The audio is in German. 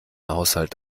haushalt